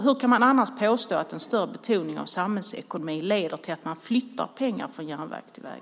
Hur kan man annars påstå att en större betoning av samhällsekonomin leder till att man flyttar pengar från järnväg till väg?